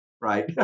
right